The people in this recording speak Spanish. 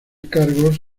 cargos